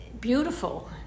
beautiful